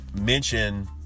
mention